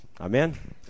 Amen